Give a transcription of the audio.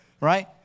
right